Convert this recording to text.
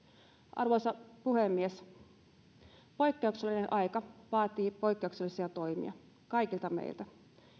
arvoisa puhemies poikkeuksellinen aika vaatii poikkeuksellisia toimia kaikilta meiltä